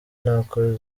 nako